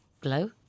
Glow